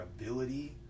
ability